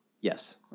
Yes